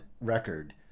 record